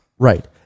Right